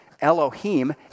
Elohim